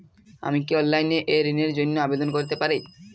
আমি কি অনলাইন এ ঋণ র জন্য আবেদন করতে পারি?